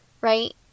right